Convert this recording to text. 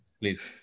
Please